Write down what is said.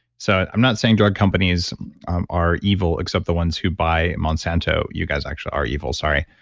so, i'm not saying drug companies are evil, except the ones who buy monsanto. you guys actually are evil. sorry.